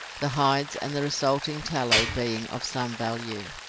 the hides and the resulting tallow being of some value.